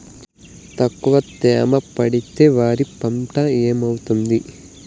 తక్కువ తేమ పెడితే వరి పంట ఏమవుతుంది